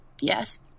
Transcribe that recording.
yes